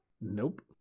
nope